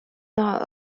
not